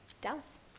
Dallas